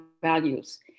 values